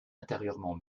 intérieurement